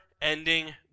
Ending